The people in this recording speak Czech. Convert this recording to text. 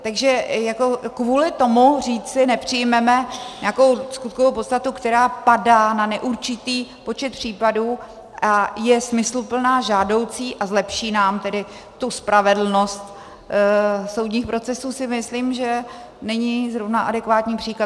Takže kvůli tomu říci nepřijmeme nějakou skutkovou podstatu, která padá na neurčitý počet případů a je smysluplná, žádoucí a zlepší nám tedy tu spravedlnost soudních procesů, si myslím, že není zrovna adekvátní příklad.